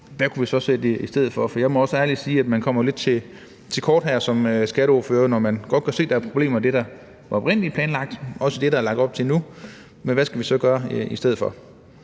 Hvad kunne vi så sætte i stedet for? For jeg må også ærligt sige, at man jo kommer lidt til kort her som skatteordfører, når man godt kan se, at der er problemer i det, der oprindelig var planlagt, men også i det, som der er lagt op til nu. Men hvad skal vi så gøre i stedet for?